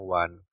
one